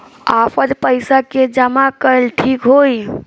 आपन पईसा के जमा कईल ठीक होई?